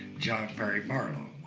john perry barlow,